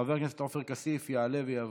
חבר הכנסת עופר כסיף יעלה ויבוא,